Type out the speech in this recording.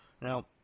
Now